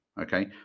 Okay